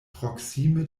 proksime